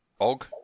Og